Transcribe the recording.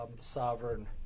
sovereign